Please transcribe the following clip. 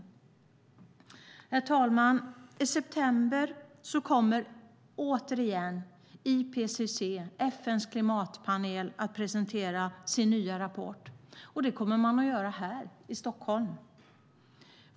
Herr talman! I september kommer återigen IPCC, FN:s klimatpanel, att presentera sin nya rapport. Det kommer man att göra här i Stockholm.